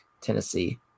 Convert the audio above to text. tennessee